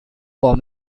for